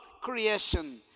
creation